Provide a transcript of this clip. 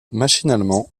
machinalement